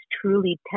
truly